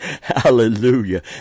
Hallelujah